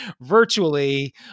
virtually